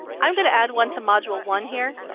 i'm going to add one to module one here.